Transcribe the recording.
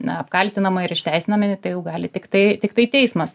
na apkaltinama ir išteisinami tai jau gali tiktai tiktai teismas